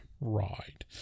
Right